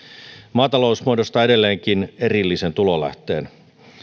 maatalous muodostaa edelleenkin erillisen tulolähteen